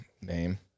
name